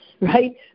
right